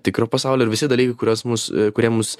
tikro pasaulio ir visi dalykai kuriuos mus kurie mus